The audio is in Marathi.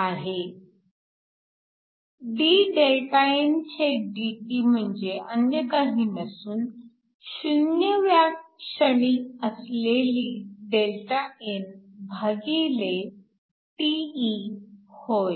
आहे dΔndt म्हणजे अन्य काही नसून 0 व्या क्षणी असलेली Δn भागिले τe होय